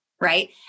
right